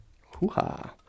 Hoo-ha